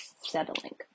settling